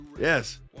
Yes